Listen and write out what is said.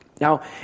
Now